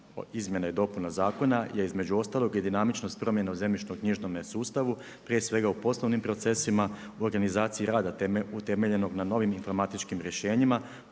izmjena i dopuna zakona je između ostalog i dinamičnost promjena u zemljišno-knjižnome sustavu prije svega u poslovnim procesima u organizaciji rada utemeljenog na novim informatičkim rješenjima,